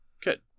Good